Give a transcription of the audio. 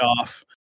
off